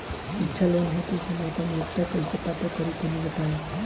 शिक्षा लोन हेतु हम आपन योग्यता कइसे पता करि तनि बताई?